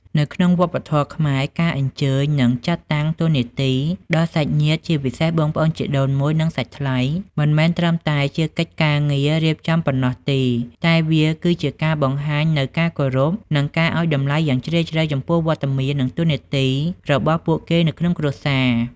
នៅក្នុងវប្បធម៌ខ្មែរ ការអញ្ជើញ និងចាត់តាំងតួនាទី ដល់សាច់ញាតិ ជាពិសេសបងប្អូនជីដូនមួយ និងសាច់ថ្លៃ មិនមែនត្រឹមតែជាកិច្ចការងាររៀបចំប៉ុណ្ណោះទេ តែវាគឺជា ការបង្ហាញនូវការគោរព និងការឱ្យតម្លៃយ៉ាងជ្រាលជ្រៅ ចំពោះវត្តមាន និងតួនាទីរបស់ពួកគេនៅក្នុងគ្រួសារ។